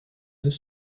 deux